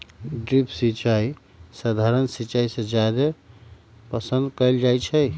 drip सिंचाई सधारण सिंचाई से जादे पसंद कएल जाई छई